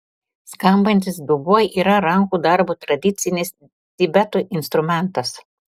skambantis dubuo yra rankų darbo tradicinis tibeto instrumentas